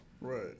Right